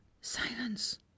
silence